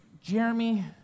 Jeremy